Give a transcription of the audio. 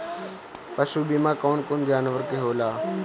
पशु बीमा कौन कौन जानवर के होला?